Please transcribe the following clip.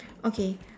okay